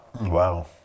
Wow